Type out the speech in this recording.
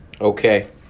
Okay